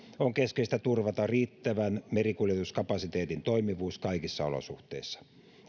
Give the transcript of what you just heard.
on keskeistä turvata riittävän merikuljetuskapasiteetin toimivuus kaikissa olosuhteissa